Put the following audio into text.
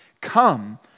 come